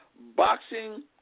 boxing